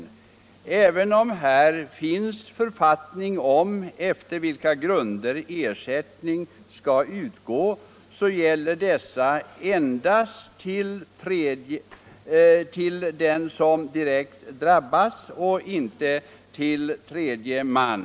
Även om här finns en författning om efter vilka grunder ersättning skall utgå, så gäller dessa bestämmelser endast för den som direkt drabbas och inte för tredje man.